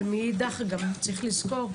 אבל מאידך גם צריך לזכור,